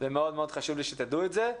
ומאוד מאוד חשוב לי שתדעו את זה,